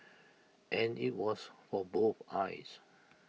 and IT was for both eyes